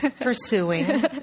pursuing